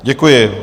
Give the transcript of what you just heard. Děkuji.